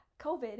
COVID